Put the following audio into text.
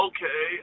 Okay